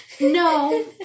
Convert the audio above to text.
No